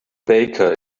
baker